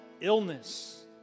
illness